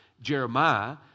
Jeremiah